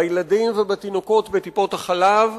בילדים ובתינוקות בטיפות-החלב,